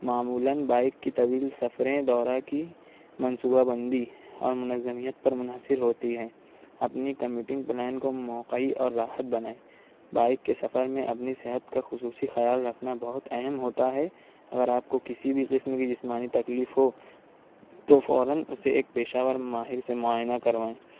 معمولی بائیک کی طویل سفریں دورہ کی منصوبہ بندی اور منظمیت پر منحصر ہوتی ہیں اپنی کمیوٹنگ پلان کو موقعی اور راحت بنائیں بائیک کے سفر میں اپنی صحت کا خصوصی خیال رکھنا بہت اہم ہوتا ہے اگر آپ کو کسی بھی قسم کی جسمانی تکلیف ہو تو فوراً اُسے ایک پیشہ ور ماہر سے معائنہ کروائیں